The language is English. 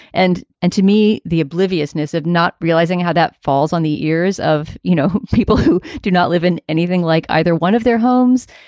and and to me, the obliviousness of not realizing how that falls on the ears of, you know, people who do not live in anything like either one of their homes.